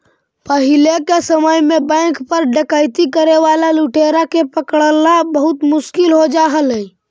पहिले के समय में बैंक पर डकैती करे वाला लुटेरा के पकड़ला बहुत मुश्किल हो जा हलइ